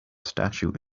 statue